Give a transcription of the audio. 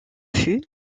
fut